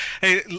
hey